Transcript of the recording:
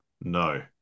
No